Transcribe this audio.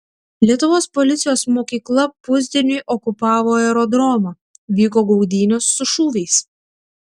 lietuvos policijos mokykla pusdieniui okupavo aerodromą vyko gaudynės su šūviais